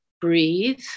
Breathe